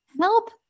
help